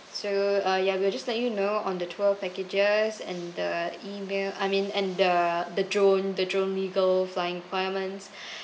so uh ya we'll just let you know on the tour packages and the email I mean and the the drone the drone legal flying requirements